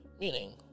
meaning